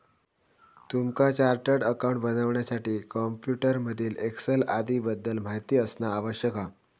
तुमका chartered accountant बनण्यासाठी computer मधील एक्सेल आदीं बद्दल माहिती असना आवश्यक हा